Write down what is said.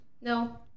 No